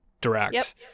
direct